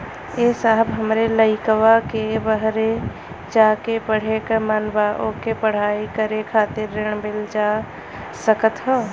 ए साहब हमरे लईकवा के बहरे जाके पढ़े क मन बा ओके पढ़ाई करे खातिर ऋण मिल जा सकत ह?